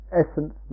essence